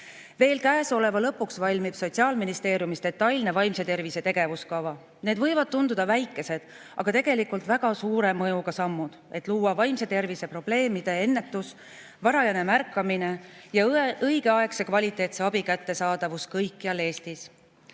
Veel käesoleva [aasta] lõpuks valmib Sotsiaalministeeriumis detailne vaimse tervise tegevuskava. Need võivad tunduda väikesed, aga tegelikult on väga suure mõjuga sammud, et luua vaimse tervise probleemide ennetus, varajane märkamine ja õigeaegse kvaliteetse abi kättesaadavus kõikjal Eestis.